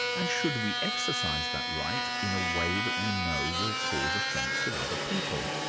and should we exercise that right in a way that we know will cause offence to other people?